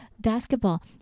basketball